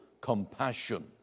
compassion